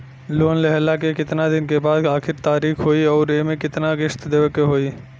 Loan लेहला के कितना दिन के बाद आखिर तारीख होई अउर एमे कितना किस्त देवे के होई?